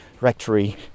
rectory